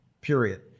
period